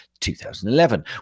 2011